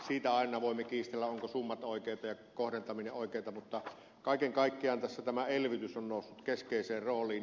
siitä aina voimme kiistellä ovatko summat oikeita ja kohdentaminen oikeata mutta kaiken kaikkiaan tässä tämä elvytys on noussut keskeiseen rooliin